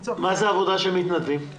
מה זה עבודה של מתנדבים?